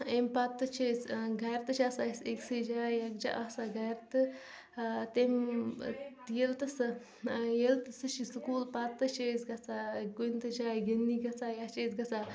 اَمہِ پَتہٕ تہِ چھِ أسۍ گَرِ تہٕ چھِ آسان أسۍ أکۍسٕے جایہِ یَکجاہ آسان گَرِ تہٕ تَمہِ ییٚلہِ تہٕ سُہ ییٚلہِ تہٕ سُہ چھِ سکوٗل پَتہٕ تہٕ چھِ أسۍ گَژھان کُنۍ تہِ جایہِ گِنٛدنہِ گَژھان یا چھِ أسۍ گَژھان